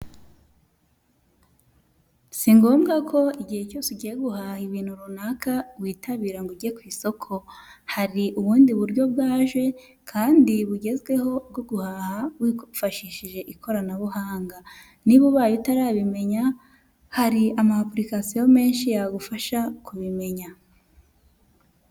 Si ngombwa ko igihe cyose ugiye guhaha ibintu runaka witabira ngo ujye ku isoko hari ubundi buryo bwaje kandi bugezweho bwo guhaha wifashishije ikoranabuhanga niba ubaye utarabimenya hari ama apurication menshi yagufasha kubimenya.